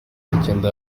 icyenda